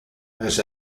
has